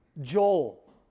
Joel